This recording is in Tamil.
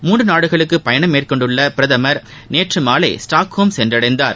மூன்று நாடுகளுக்கு பயணம் மேற்கொண்டுள்ள பிரதமர் நேற்று மாலைஸ்டாக்ஹோம் சென்றடைந்தார்